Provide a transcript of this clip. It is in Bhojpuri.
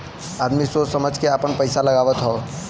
आदमी सोच समझ के आपन पइसा लगावत हौ